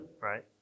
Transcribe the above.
right